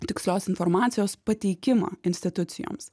tikslios informacijos pateikimą institucijoms